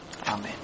Amen